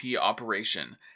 operation